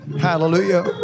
hallelujah